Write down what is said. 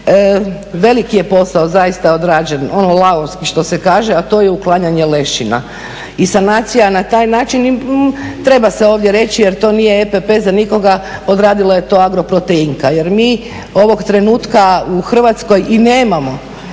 veliki je posao zaista odrađen, ono lavovski što se kaže a to je uklanjanje lešina i sanacija na taj način, treba se ovdje reći jer to nije EPP za nikoga, odradila je to Agroproteinka. Jer mi ovog trenutka u Hrvatskoj i nemamo